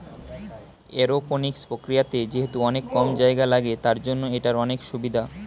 aeroponics প্রক্রিয়াতে যেহেতু অনেক কম জায়গা লাগে, তার জন্য এটার অনেক সুভিধা